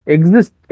Exist